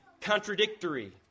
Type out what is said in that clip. contradictory